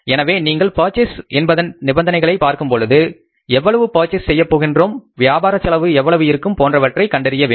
எனவே நீங்கள் பர்சேஸ் என்பதன் நிபந்தனைகளை பார்க்கும்பொழுது எவ்வளவு பர்சேஸ் செய்யப்போகிறோம் வியாபார செலவு எவ்வளவு இருக்கும் போன்றவற்றை கண்டறிய வேண்டும்